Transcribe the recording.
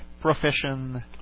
profession